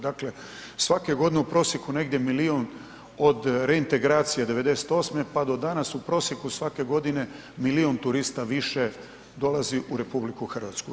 Dakle, svake godine u prosjeku negdje milijun od reintegracije '98. pa do danas u prosjeku svake godine milion turista više dolazi u RH.